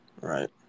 Right